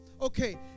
okay